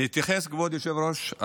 כבוד היושב-ראש,